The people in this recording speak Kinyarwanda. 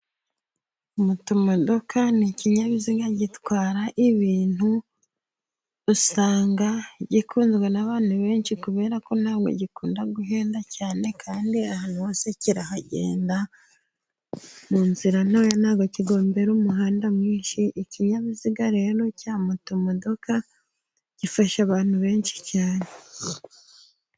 Motumodoka nikinyabiziga gitwara ibintu usanga, gikunzwe n'abantu benshi kubera ko ntabwo gikunda guhenda cyane, kandi ahantu hose kirahagenda muzira ntoya ntabwo kigombera umuhanda mu nini, ikinyabiziga rero cya motomodoka gifasha abantu benshi cyane.